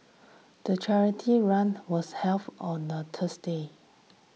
the charity run was held on a Tuesday